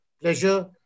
pleasure